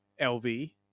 LV